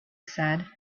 said